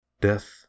Death